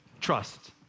trust